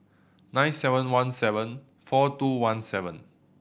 nine seven one seven four two one seven